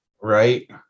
Right